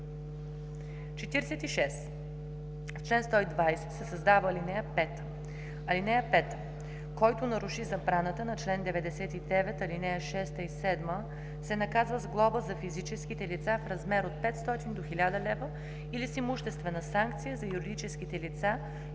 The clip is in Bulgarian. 46. В чл. 120 се създава ал. 5: „(5) Който наруши забраната на чл. 99, ал. 6 и 7, се наказва с глоба за физическите лица в размер от 500 до 1000 лв. или с имуществена санкция за юридическите лица